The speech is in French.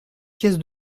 pièce